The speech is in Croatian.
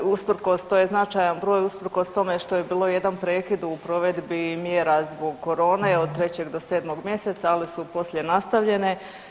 Usprkos, to je značaj broj usprkos tome što je bilo jedan prekid u provedbi mjera zbog korone od 3. do 7. mjeseca, ali su poslije nastavljene.